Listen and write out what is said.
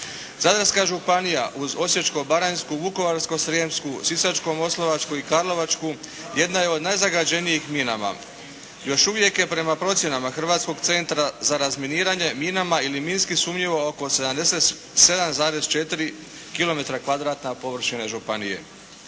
Zadarska županija uz Osječko-baranjsku, Vukovarsko-srijemsku, Sisačko-moslavačku i Karlovačku jedna je od najzagađenijih minama. Još uvijek je prema procjenama Hrvatskog centra za razminiranje, minama ili minski sumnjivo oko 77,4 km2 površine županije.